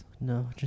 No